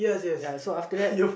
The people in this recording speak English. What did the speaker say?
ya so after that